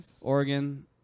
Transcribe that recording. Oregon